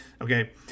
Okay